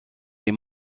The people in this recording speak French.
les